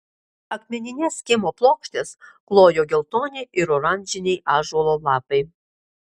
akmenines kiemo plokštes klojo geltoni ir oranžiniai ąžuolo lapai